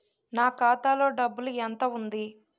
నా ఖాతాలో డబ్బు ఎంత ఉంది?